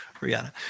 Rihanna